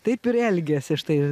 taip ir elgiasi štai